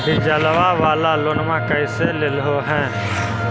डीजलवा वाला लोनवा कैसे लेलहो हे?